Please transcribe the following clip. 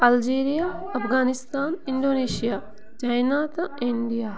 Algeria Afghanistan Indonesia China تہٕ India